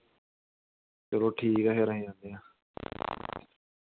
अ ठीक ऐ जन्ने आं